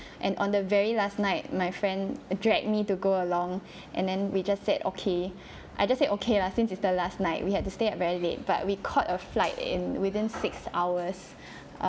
and on the very last night my friend dragged me to go along and then we just said okay I just say okay lah since it's the last night we had to stay up very late but we caught a flight in within six hours